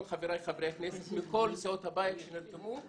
חבריי חברי הכנסת מכל סיעות הבית שנרתמו.